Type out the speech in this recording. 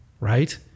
right